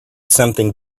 something